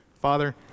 Father